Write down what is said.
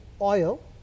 oil